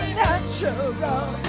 natural